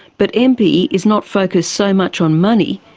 but einpwy is not focused so much on money.